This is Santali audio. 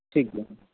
ᱴᱷᱤᱠ ᱜᱮᱭᱟ